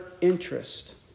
interest